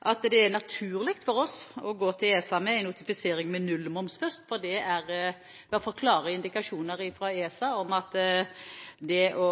at det er naturlig for oss å gå til ESA med en notifisering av nullmoms først, for vi har fått klare indikasjoner fra ESA om at det å